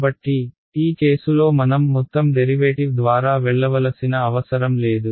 కాబట్టి ఈ కేసులో మనం మొత్తం డెరివేటివ్ ద్వారా వెళ్లవలసిన అవసరం లేదు